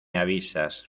avisas